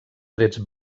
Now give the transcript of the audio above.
trets